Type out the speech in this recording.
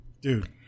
Dude